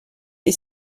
est